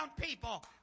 people